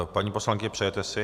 Paní poslankyně, přejete si?